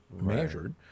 measured